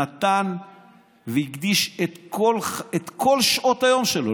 נתן והקדיש את כל שעות היום שלו,